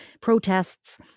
protests